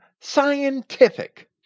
scientific